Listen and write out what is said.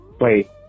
Wait